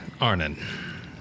Arnon